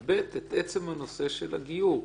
וכן, את עצם הנושא של הגיור.